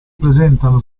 presentano